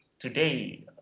Today